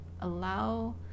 allow